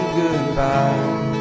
goodbye